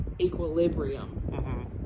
equilibrium